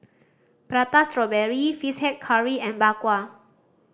Prata Strawberry Fish Head Curry and Bak Kwa